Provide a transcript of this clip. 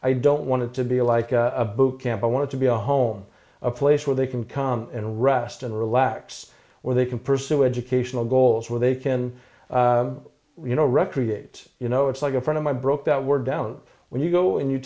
i don't want to be like a boot camp i want to be a home a place where they can come and rest and relax where they can pursue educational goals where they can you know recreate you know it's like a friend of my broke that we're down when you go and you